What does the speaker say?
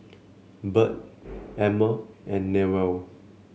Burt Emmer and Newell